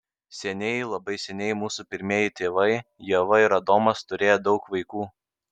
seniai labai seniai mūsų pirmieji tėvai ieva ir adomas turėję daug vaikų